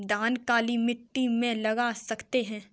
धान काली मिट्टी में लगा सकते हैं?